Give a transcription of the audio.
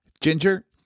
Ginger